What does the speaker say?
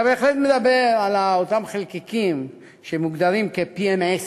אתה בהחלט מדבר על אותם חלקיקים שמוגדרים PM10,